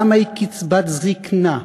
כמה היא קצבת זיקנה?